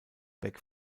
beck